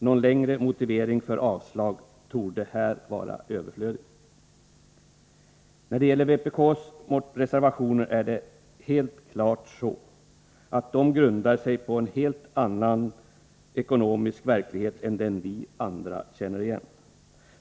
Någon längre motivering för avslag torde här vara överflödig. När det gäller vpk:s reservationer är det helt klart så att de grundar sig på en helt annan ekonomisk verklighet än den vi andra känner igen.